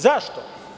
Zašto?